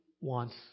wants